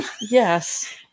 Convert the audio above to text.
yes